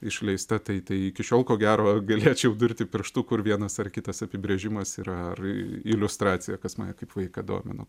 išleista tai tai iki šiol ko gero galėčiau durti pirštu kur vienas ar kitas apibrėžimas yra ar iliustracija kas mane kaip vaiką domino